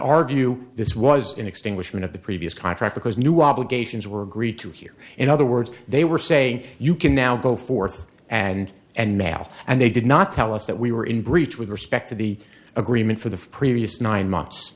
view this was an extinguishment of the previous contract because new obligations were agreed to here in other words they were saying you can now go forth and and maff and they did not tell us that we were in breach with respect to the agreement for the previous nine months